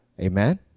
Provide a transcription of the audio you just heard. Amen